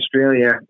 Australia